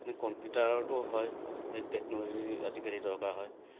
মানে কম্পিউটাৰতো হয় সেই টেকন'লজি আজিকালি দৰকাৰ হয়